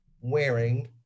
wearing